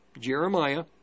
Jeremiah